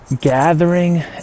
gathering